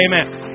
Amen